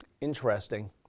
Interesting